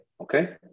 Okay